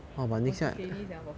我几 steady sia for six years